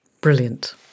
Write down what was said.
Brilliant